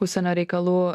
užsienio reikalų